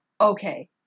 okay